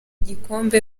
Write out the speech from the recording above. igikombe